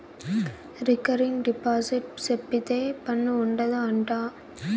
recurring deposit సేపిత్తే పన్ను ఉండదు అంట